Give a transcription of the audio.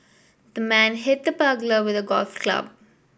the man hit the burglar with a golf club